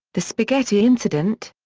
the spaghetti incident?